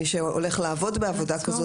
מי שהולך לעבוד בעבודה כזאת,